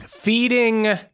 Feeding